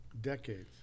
Decades